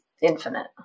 infinite